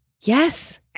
Yes